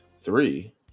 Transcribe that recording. three